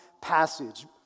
passage